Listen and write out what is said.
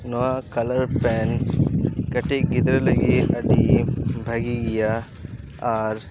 ᱱᱚᱶᱟ ᱠᱟᱞᱟᱨ ᱯᱮᱹᱱ ᱠᱟᱹᱴᱤᱡ ᱜᱤᱫᱽᱨᱟᱹ ᱞᱟᱹᱜᱤᱫ ᱟᱹᱰᱤ ᱵᱷᱟᱜᱤ ᱜᱮᱭᱟ ᱟᱨ